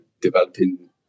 developing